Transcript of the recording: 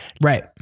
right